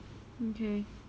okay